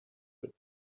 but